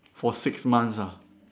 for six months ah